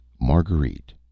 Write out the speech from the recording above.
Marguerite